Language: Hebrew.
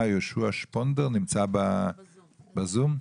יהושע שפונדר שנמצא איתנו ב- Zoom,